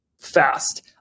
fast